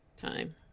time